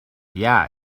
yeah